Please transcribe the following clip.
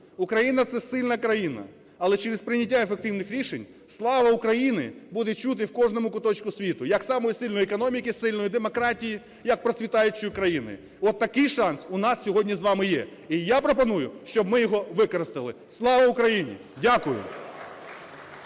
Україна – це сильна країна. Але через прийняття ефективних рішень "Слава Україні!" буде чути в кожному куточку світу як самої сильної економіки, сильної демократії, як процвітаючої країни. Отакий шанс у нас сьогодні з вами є, і я пропоную, щоб ми його використали. Слава Україні! Дякую.